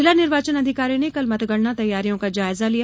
जिला निर्वाचन अधिकारी ने कल मतगणना तैयारियों का जायजा लिया